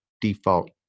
default